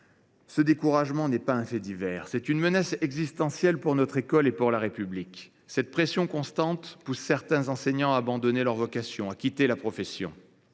Ce découragement n’est pas un fait divers ; il est une menace existentielle pour notre école et pour la République. J’insiste : la pression constante pousse certains enseignants à abandonner leur vocation en quittant la profession.